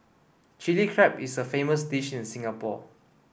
Chilli Crab is a famous dish in Singapore